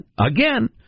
Again